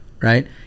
right